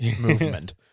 movement